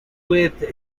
with